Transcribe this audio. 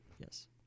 Yes